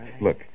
Look